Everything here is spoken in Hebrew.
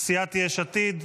יש עתיד.